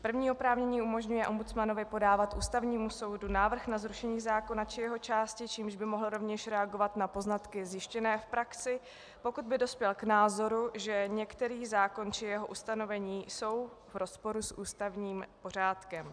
První oprávnění umožňuje ombudsmanovi podávat Ústavnímu soudu návrh na zrušení zákona či jeho části, čímž by mohl rovněž reagovat na poznatky zjištěné v praxi, pokud by dospěl k názoru, že některý zákon či jeho ustanovení jsou v rozporu s ústavním pořádkem.